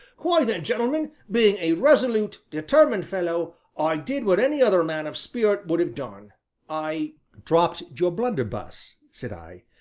why then, gentlemen, being a resolute, determined fellow, i did what any other man of spirit would have done i dropped your blunderbuss, said i.